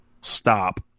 stop